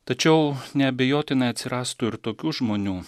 tačiau neabejotinai atsirastų ir tokių žmonių